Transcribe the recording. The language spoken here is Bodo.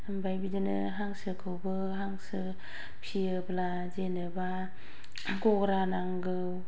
ओमफ्राय बिदिनो हांसोखौबो हांसो फिसियोब्ला जेनेबा गग्रा नांगौ